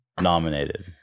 nominated